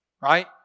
right